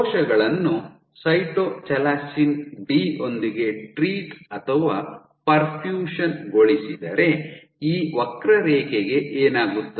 ಕೋಶಗಳನ್ನು cytochalasin D ಯೊಂದಿಗೆ treat ಅಥವಾ ಪರ್ಫ್ಯೂಷನ್ ಗೊಳಿಸಿದರೆ ಈ ವಕ್ರರೇಖೆಗೆ ಏನಾಗುತ್ತದೆ